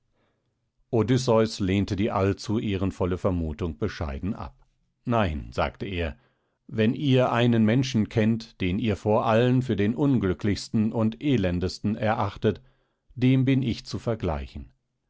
odysseus lehnte die allzu ehrenvolle vermutung bescheiden ab nein sagte er wenn ihr einen menschen kennt den ihr vor allen für den unglücklichsten und elendesten erachtet dem bin ich zu vergleichen